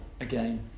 again